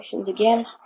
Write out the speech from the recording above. again